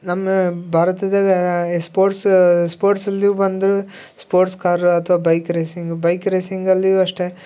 ನಮ್ಮ ಭಾರತದಾಗ ಎ ಸ್ಪೋರ್ಟ್ಸ್ ಸ್ಪೋಟ್ಸಲ್ಲಿಯು ಬಂದ್ರೆ ಸ್ಪೋರ್ಟ್ಸ್ ಕಾರ್ ಅಥ್ವಾ ಬೈಕ್ ರೇಸಿಂಗ್ ಬೈಕ್ ರೇಸಿಂಗಲ್ಲಿಯೂ ಅಷ್ಟೇ